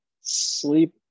sleep